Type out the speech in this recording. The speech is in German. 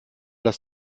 das